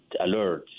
alerts